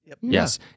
Yes